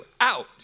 out